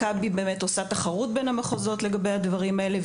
מכבי עושה תחרות בין המחוזות לגבי הדברים האלה.